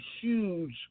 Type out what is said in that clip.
huge